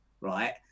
right